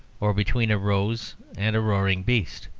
or between a rose and a roaring beast?